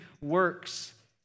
works